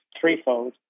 threefold